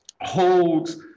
holds